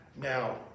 now